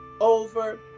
over